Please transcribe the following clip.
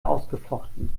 ausgefochten